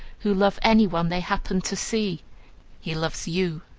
who love any one they happen to see he loves you,